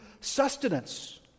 sustenance